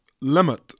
limit